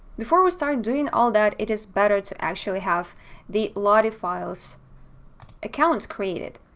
before we start doing all that, it is better to actually have the lottie files account created